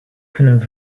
kunnen